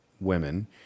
women